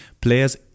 players